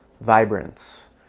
vibrance